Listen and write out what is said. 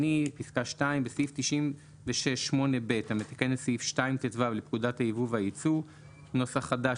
בסעיף 96(8)(ב) המתקן את סעיף 2טו לפקודת הייבוא והייצוא (נוסח חדש),